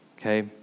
okay